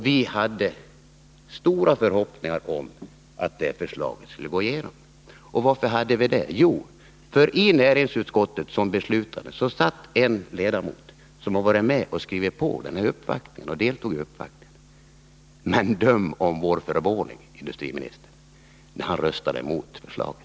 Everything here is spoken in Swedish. Vi hade stora förhoppningar om att det förslaget skulle bifallas. Varför hade vi det? Jo, i näringsutskottet satt vid det här tillfället en ledamot som deltog i den uppvaktning jag nyss nämnde. Men döm om vår förvåning, herr industriminister, när han röstade emot förslaget.